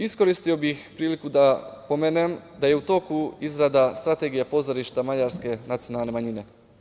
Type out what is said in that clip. Iskoristio bih priliku da pomenem da je u toku izrada strategije pozorišta mađarske nacionalne manjine.